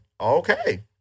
okay